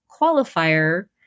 Qualifier